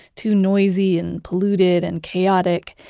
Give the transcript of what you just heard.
too noisy, and polluted and chaotic,